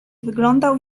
wyglądał